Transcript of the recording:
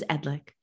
Edlick